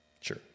sure